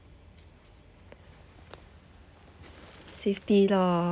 safety lor